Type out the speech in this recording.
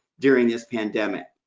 during this pandemic.